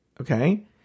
okay